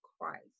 Christ